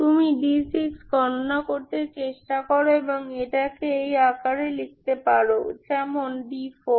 তুমি d6 গণনা করতে চেষ্টা করো এবং এটাকে এই আকারে লিখতে পারো যেমন d4